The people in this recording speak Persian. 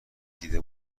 دیده